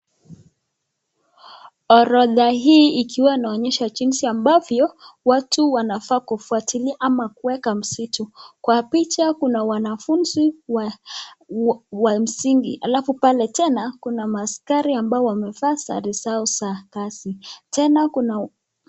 Orodha hii ikiwa inaonyesha jinsi ambavyo watu wanafaa kufuatilia ama kuweka msitu. Kwa picha kuna wanafunzi wa msingi alafu pale tena kuna maaskari ambao wamevaa sare zao za kazi. Tena kuna,,,